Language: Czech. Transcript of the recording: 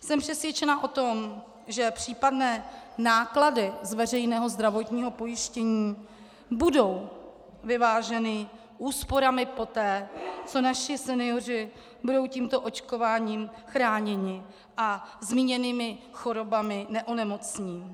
Jsem přesvědčena o tom, že případné náklady z veřejného zdravotního pojištění budou vyváženy úsporami poté, co naši senioři budou tímto očkováním chráněni a zmíněnými chorobami neonemocní.